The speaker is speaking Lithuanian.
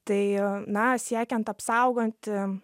tai na siekiant apsaugoti